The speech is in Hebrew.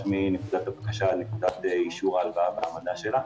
מנקודת הבקשה לנקודת אישור ההלוואה וההעמדה שלה.